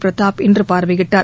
பிரதாப் இன்று பார்வையிட்டார்